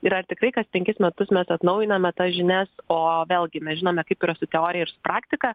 ir ar tikrai kas penkis metus mes atnaujiname tas žinias o vėlgi mes žinome kaip yra su teorija ir su praktika